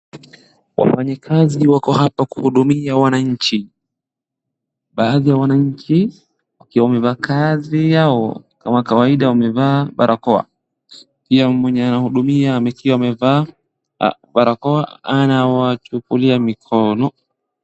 wafanyikazi wako hapa kuhudumia wananchi, baadhi ya wanachi wakiwa wamevaa kazi yao. Kama kawaida wamevaa barakoa. Hiyo mwenye anahudumia akiwa amevaa barakoa anawachukulia mikono.